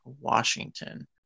Washington